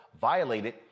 violated